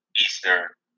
Easter